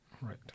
Right